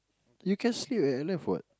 you can sleep at at your left what